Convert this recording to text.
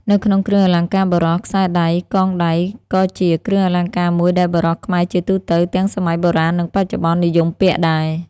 នៅក្នុងគ្រឿងអលង្ការបុរស ខ្សែដៃ /កងដៃក៏ជាគ្រឿងអលង្ការមួយដែលបុរសខ្មែរជាទូទៅ ទាំងសម័យបុរាណ និងបច្ចុប្បន្ន និយមពាក់ដែរ។